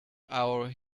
our